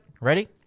ready